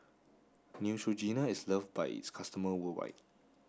Neutrogena is loved by its customer worldwide